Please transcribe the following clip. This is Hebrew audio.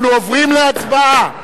אנחנו עוברים להצבעה.